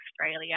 Australia